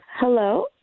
Hello